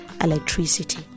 electricity